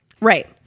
Right